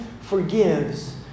forgives